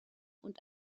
und